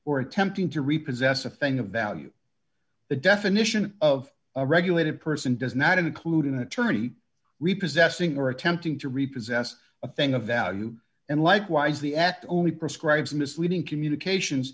or attempting to repossess a thing of value the definition of a regulated person does not include an attorney repossessing or attempting to repossess a thing of value and likewise the act only prescribes misleading communications